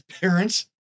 parents